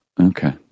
Okay